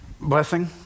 Blessing